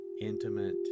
intimate